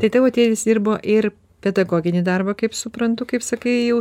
tai tavo tėtis dirbo ir pedagoginį darbą kaip suprantu kaip sakai jau